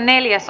asia